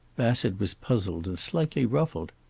bassett was puzzled and slightly ruffled.